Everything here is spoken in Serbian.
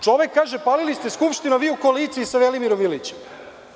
Čovek kaže – palili ste Skupštinu, a vi u koaliciji sa Velimirom Ilićem.